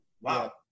Wow